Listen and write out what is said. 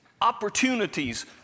opportunities